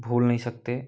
भूल नहीं सकते